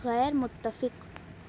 غیرمتفق